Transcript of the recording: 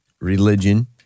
religion